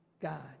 God